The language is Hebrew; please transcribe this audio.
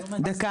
דקה.